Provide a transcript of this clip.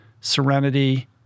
serenity